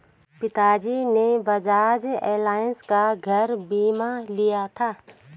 पिताजी ने बजाज एलायंस का घर बीमा लिया था